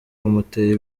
bamuteye